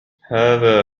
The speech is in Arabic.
هذا